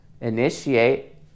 initiate